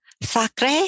Sacre